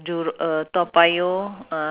uh not nice lah